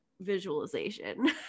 visualization